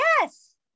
Yes